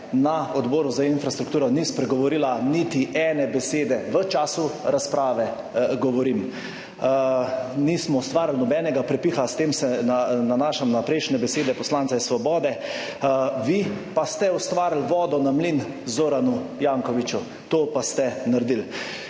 na Odboru za infrastrukturo ni spregovorila niti ene besede, v času razprave, govorim. Nismo ustvarili nobenega prepiha, s tem se nanašam na prejšnje besede poslanca in Svobode, vi pa ste ustvarili vodo na mlin Zoranu Jankoviću, to pa ste naredili.